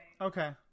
okay